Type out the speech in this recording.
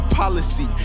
policy